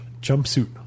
jumpsuit